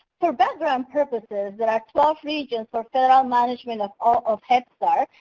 for background purposes there are twelve regions for federal management of all of head start.